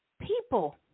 people